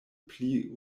pli